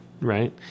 right